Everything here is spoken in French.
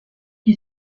qui